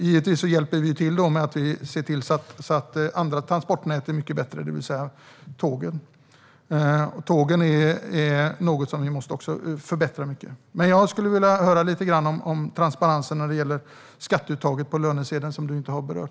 Givetvis hjälper vi till med att se till att andra transportnät blir mycket bättre, det vill säga tågen. Dem måste vi förbättra mycket. Jag skulle vilja höra lite grann om transparensen när det gäller skatteuttaget på lönesedeln som ministern inte har berört.